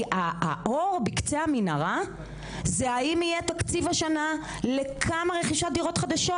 כי האור בקצה המנהרה זה האם יהיה תקציב השנה לכמה רכישת דירות חדשות?